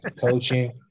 Coaching